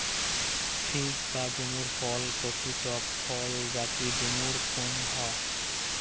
fig বা ডুমুর ফল কচি টক ফল যাকি ডুমুর কুহু